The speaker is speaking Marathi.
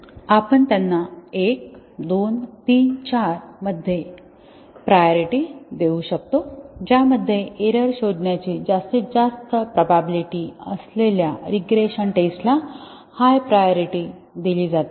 आपण त्यांना 1 2 3 4 मध्ये प्रायोरिटी देऊ शकतो ज्यामध्ये एरर शोधण्याची जास्तीत जास्त प्रोबॅबिलिटी असलेल्या रीग्रेशन टेस्टला हाय प्रायोरिटी दिली जाते